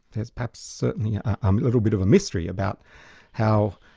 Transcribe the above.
there's perhaps certainly um a little bit of a mystery about how